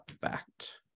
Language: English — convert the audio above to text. fact